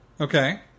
okay